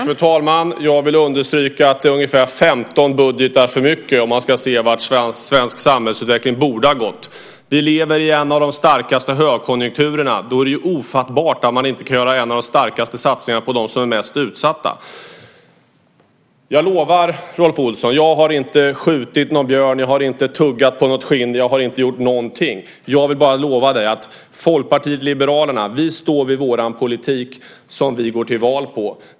Fru talman! Jag vill understryka att det är ungefär 15 budgetar för mycket med tanke på hur svensk samhällsutveckling borde ha gått. Vi lever i en av de starkaste högkonjunkturerna. Då är det ofattbart att man inte kan göra en av de starkaste satsningarna på dem som är mest utsatta. Jag lovar, Rolf Olsson, att jag inte skjutit någon björn, inte tuggat på något skinn, jag har inte gjort någonting. Jag vill bara lova dig att vi i Folkpartiet liberalerna står vid vår politik som vi går till val på.